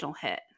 hit